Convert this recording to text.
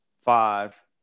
five